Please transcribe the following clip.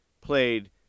played